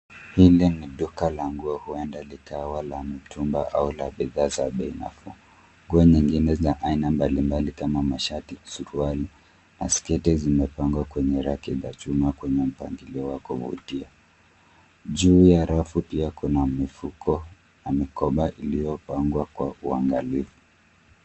Hili ni duka la nguo, huenda likawa la mitumba au la bidhaa za bei nafuu. Nguo nyingine za aina mbali mbali kama: mashati, suruali na sketi zimepangwa kwenye raki ya chuma na kwenye mpangilio wake wakuvutia. Juu ya rafu pia kuna mifuko na mikoba iliyopangwa kwa uangalifu.